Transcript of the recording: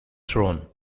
throne